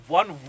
one